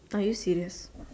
are you serious